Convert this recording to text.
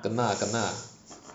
kena ah kena